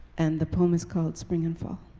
and the poem is called, spring and fall.